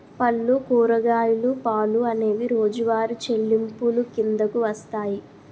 పళ్ళు కూరగాయలు పాలు అనేవి రోజువారి చెల్లింపులు కిందకు వస్తాయి